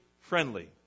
friendly